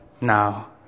now